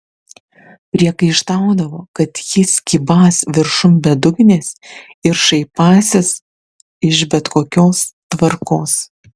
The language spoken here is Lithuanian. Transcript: priekaištaudavo kad jis kybąs viršum bedugnės ir šaipąsis iš bet kokios tvarkos